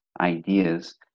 ideas